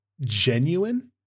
genuine